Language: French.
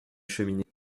cheminée